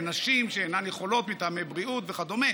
לנשים שאינן יכולות מטעמי בריאות וכדומה.